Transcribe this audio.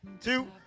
two